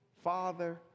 Father